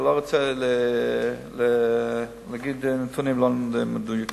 ואני לא רוצה להגיד נתונים לא מדויקים.